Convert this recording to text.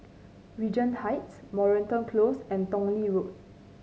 Regent Heights Moreton Close and Tong Lee Road